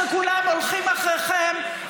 או שכולם הולכים אחריכם,